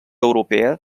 europea